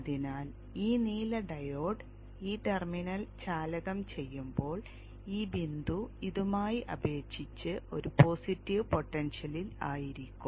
അതിനാൽ ഈ നീല ഡയോഡ് ഈ ടെർമിനൽ ചാലകം ചെയ്യുമ്പോൾ ഈ ബിന്ദു ഇതുമായി അപേക്ഷിച്ച് ഒരു പോസിറ്റീവ് പൊട്ടൻഷ്യലിൽ ആയിരിക്കും